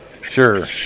Sure